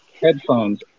headphones